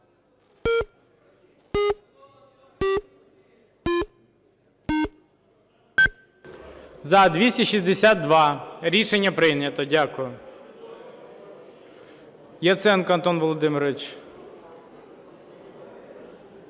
За-245 Рішення прийнято. Дякую.